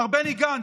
מר בני גנץ,